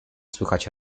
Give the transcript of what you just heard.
słychać